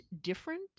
different